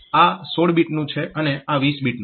આ 16 બીટનું છે અને આ 20 બીટનું છે